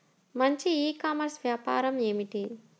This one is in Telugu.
మంచి ఈ కామర్స్ వ్యాపారం ఏమిటీ?